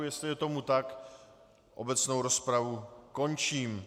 Jestli je tomu tak, obecnou rozpravu končím.